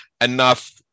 enough